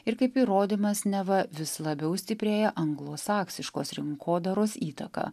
ir kaip įrodymas neva vis labiau stiprėja anglosaksiškos rinkodaros įtaka